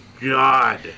God